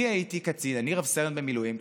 אני רב-סרן במילואים.